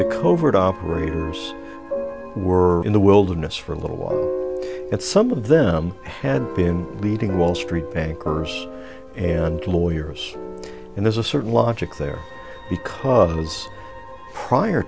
covert operators were in the wilderness for a little while but some of them had been leading wall street bankers and lawyers and there's a certain logic there because prior